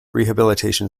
rehabilitation